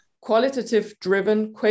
qualitative-driven